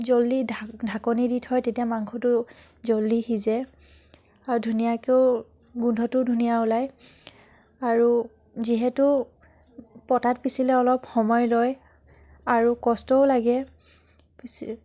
জলদি ঢাঁকনি দি থয় তেতিয়া মাংসটো জলদি সিজে আৰু ধুনীয়াকেও গোন্ধটো ধুনীয়া ওলায় আৰু যিহেতু পটাত পিচিলে অলপ সময় লয় আৰু কষ্টও লাগে পিছে